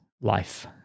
life